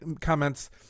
comments